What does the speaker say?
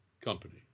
company